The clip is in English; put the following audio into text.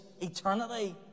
eternity